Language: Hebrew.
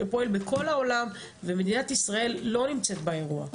שפועל בכל העולם ומדינת ישראל לא נמצאת באירוע,